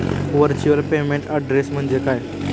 Virtual payment address म्हणजे काय?